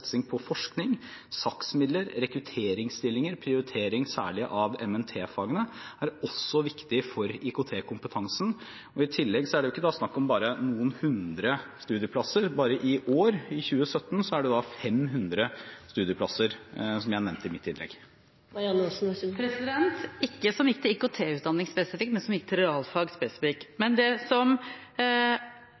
på forskning, SAKS-midler, rekrutteringsstillinger og prioritering, særlig av MNT-fagene, også viktig for IKT-kompetansen. I tillegg er det ikke bare snakk om noen hundre studieplasser. Bare i år – i 2017 – er det 500 studieplasser, som jeg nevnte i mitt innlegg. Det gikk ikke til IKT-utdanning spesifikt, men til realfag spesifikt.